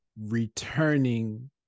returning